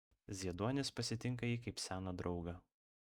zieduonis pasitinka jį kaip seną draugą